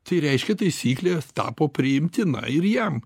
tai reiškia taisyklė tapo priimtina ir jam